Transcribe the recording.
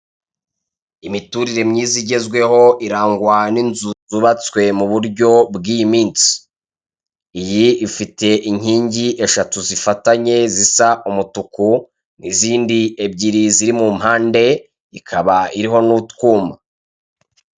Imiturire myiza igezweho irangwa ninzu zubatswe muburyo bwiyiminsi, iyi ifite inkingi eshatu zifatanye zisa umutuku nizindi ebyiri ziri mumpande ikaba iriho nutwuma.